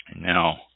Now